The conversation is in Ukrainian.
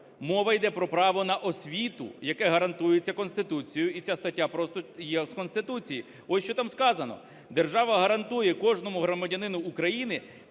Мова іде про право на освіту, яке гарантується Конституцією, і ця стаття просто є з Конституції. От що там сказано: "Держава гарантує кожному громадянинові України